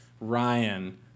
Ryan